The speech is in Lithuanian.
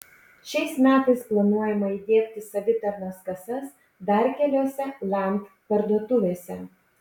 šiais metais planuojama įdiegti savitarnos kasas dar keliose land parduotuvėse